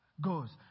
goes